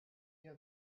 you